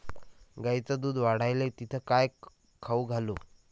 गायीचं दुध वाढवायले तिले काय खाऊ घालू?